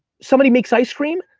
somebody makes ice cream,